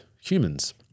humans